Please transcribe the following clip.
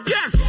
Yes